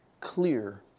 clear